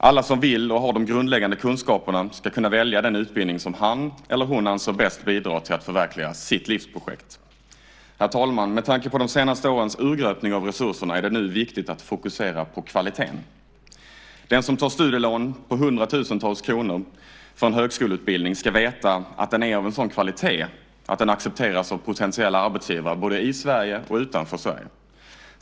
Alla som vill och har de grundläggande kunskaperna ska kunna välja den utbildning som de anser bäst bidrar till att förverkliga deras livsprojekt. Med tanke på de senaste årens urgröpning av resurserna är det nu viktigt att fokusera på kvaliteten. Den som tar studielån på hundratusentals kronor för en högskoleutbildning ska veta att den är av en sådan kvalitet att den accepteras av potentiella arbetsgivare både i och utanför Sverige.